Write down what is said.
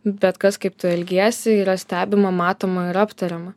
bet kas kaip tu elgiesi yra stebima matoma ir aptariama